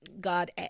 god